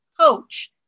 coach